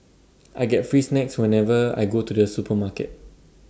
I get free snacks whenever I go to the supermarket